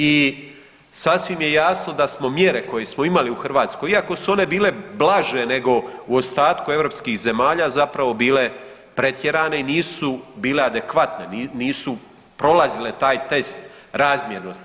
I sasvim je jasno da smo mjere koje smo imali u Hrvatskoj iako su one bile blaže nego u ostatku europskih zemalja zapravo bile pretjerane i nisu bile adekvatne, nisu prolazile taj test razmjernosti.